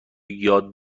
یاد